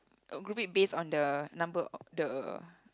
group it based on the number of the